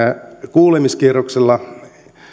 kuulemiskierroksella